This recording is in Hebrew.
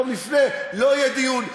יום לפני: לא יהיה דיון,